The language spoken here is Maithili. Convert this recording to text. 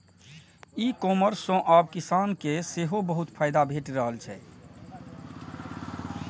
ई कॉमर्स सं आब किसान के सेहो बहुत फायदा भेटि रहल छै